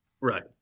Right